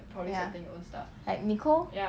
ya like nicole